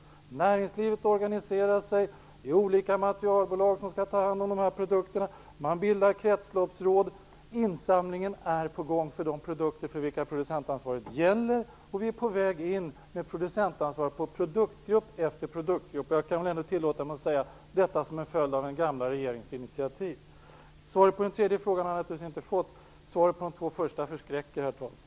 Näringslivet organiserar sig. Olika materialbolag skall ta hand om produkter. Kretsloppsråd bildas, och insamling är på gång för produkter för vilka producentansvaret gäller. Producentansvaret är på väg in för produktgrupp efter produktgrupp. Jag tror att jag kan tillåta mig att säga att detta är en följd av den förra regeringens initiativ. På den tredje frågan har jag alltså inte fått något svar, och svaren på de två första frågorna förskräcker.